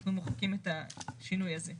אנחנו מוחקים את השינוי הזה.